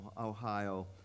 Ohio